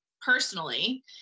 personally